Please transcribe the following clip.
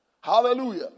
Hallelujah